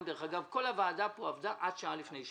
כל הוועדה פה עבדה עד שעה לפני שבת,